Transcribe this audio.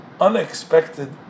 unexpected